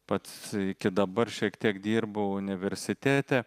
pats iki dabar šiek tiek dirbu universitete